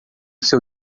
seu